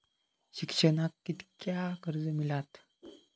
शिक्षणाक कीतक्या कर्ज मिलात?